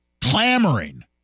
clamoring